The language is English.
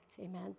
amen